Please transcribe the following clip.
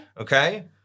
Okay